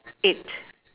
eight